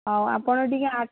ହଉ ଆପଣ ଟିକିଏ